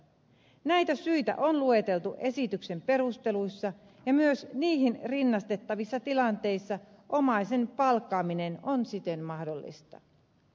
näitä syitä on lueteltu esityksen perusteluissa ja myös niihin rinnastettavissa tilanteissa omaisen palkkaaminen on siten mahdollista